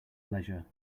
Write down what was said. leisure